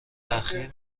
تاخیر